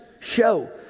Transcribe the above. show